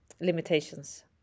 limitations